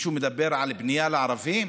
מישהו מדבר על בנייה לערבים?